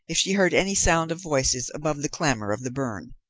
if she heard any sound of voices above the clamour of the burn.